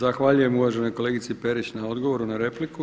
Zahvaljujem uvaženoj kolegici Perić na odgovoru na repliku.